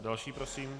Další prosím.